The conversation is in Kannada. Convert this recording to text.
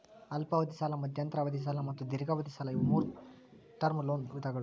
ಅಲ್ಪಾವಧಿ ಸಾಲ ಮಧ್ಯಂತರ ಅವಧಿ ಸಾಲ ಮತ್ತು ದೇರ್ಘಾವಧಿ ಸಾಲ ಇವು ಮೂರೂ ಟರ್ಮ್ ಲೋನ್ ವಿಧಗಳ